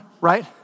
right